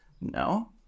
No